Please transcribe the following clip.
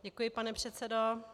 Děkuji, pane předsedo.